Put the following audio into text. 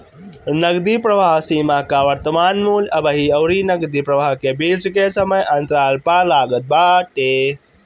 नगदी प्रवाह सीमा कअ वर्तमान मूल्य अबही अउरी नगदी प्रवाह के बीच के समय अंतराल पअ लागत बाटे